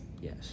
Yes